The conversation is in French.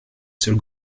seuls